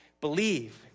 believe